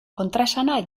kontraesana